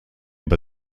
über